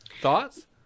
Thoughts